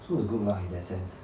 so it's good lah in that sense